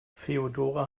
feodora